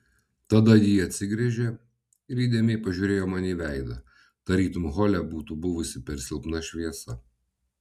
tada ji atsigręžė ir įdėmiai pažiūrėjo man į veidą tarytum hole būtų buvusi per silpna šviesa